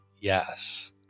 Yes